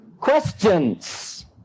questions